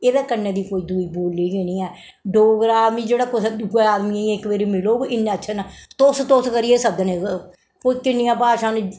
एह्दे कन्नै दी कोई दूई बोल्ली गै नेईं ऐ डोगरा आदमी जेह्ड़ा कुसै दूए आदमी गी इक बारी मिलग इन्ना अच्छा न तुस तुस करियै सद्दने होर किन्नियां भाशा न